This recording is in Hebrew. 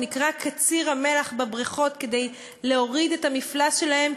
שנקרא קציר המלח בבריכות כדי להוריד את המפלס שלהן,